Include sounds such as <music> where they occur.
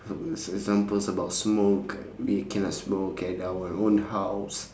<noise> examples about smoke we cannot smoke at our own house